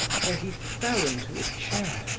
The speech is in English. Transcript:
where he fell into a chair,